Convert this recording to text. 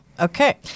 Okay